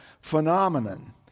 phenomenon